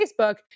Facebook